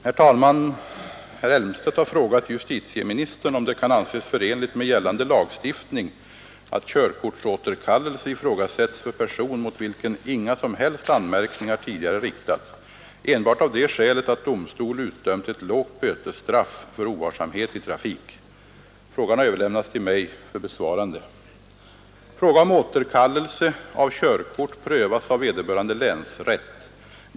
Herr talman! Herr Elmstedt har frågat justitieministern om det kan anses förenligt med gällande lagstiftning att körkortsåterkallelse ifrågasätts för person mot vilken inga som helst anmärkningar tidigare riktats, enbart av det skälet att domstol utdömt ett lågt bötesstraff för ovarsamhet i trafik. Frågan har överlämnats till mig för besvarande. Fråga om återkallelse av körkort prövas av vederbörande länsrätt.